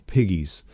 Piggies